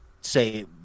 say